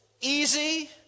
easy